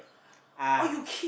ah